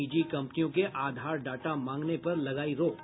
निजी कम्पनियों के आधार डाटा मांगने पर लगाई रोक